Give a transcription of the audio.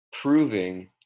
proving